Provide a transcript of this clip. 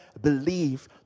believe